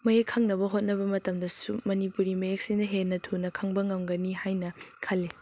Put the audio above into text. ꯃꯌꯦꯛ ꯈꯪꯅꯕ ꯍꯣꯠꯅꯕ ꯃꯇꯝꯗꯁꯨ ꯃꯅꯤꯄꯨꯔꯤ ꯃꯌꯦꯛꯁꯤꯅ ꯍꯦꯟꯅ ꯊꯨꯅ ꯈꯪꯕ ꯉꯝꯒꯅꯤ ꯍꯥꯏꯅ ꯈꯜꯂꯤ